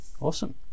Awesome